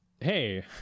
Hey